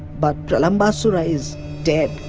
but pralambasura is dead.